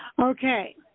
Okay